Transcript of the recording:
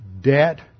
debt